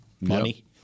Money